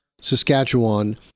Saskatchewan